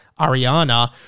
Ariana